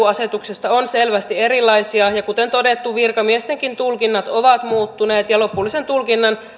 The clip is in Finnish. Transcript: asetuksesta on selvästi erilaisia ja kuten todettu virkamiestenkin tulkinnat ovat muuttuneet lopullisen tulkinnan